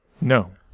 No